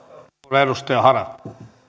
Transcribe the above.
arvoisa